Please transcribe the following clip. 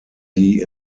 die